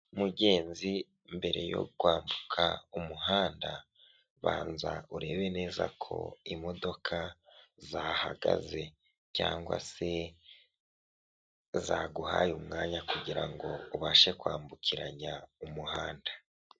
Ahantu bacuruza inzoga zitandukanye bigaragara ko ari akabari, imbere hari televiziyo nziza nini ya furati, hakaba harimo amacupa menshi atandukanye y'inzoga, ikindi kandi hakaba hari udutebe twiza turi ku murongo ndetse n'ameza meza y'umukara bimwe bita kontwari.